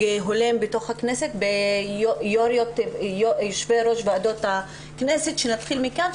הולם בתוך הכנסת ביושבי ראש ועדות הכנסת שנתחיל מכאן,